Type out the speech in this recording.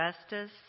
justice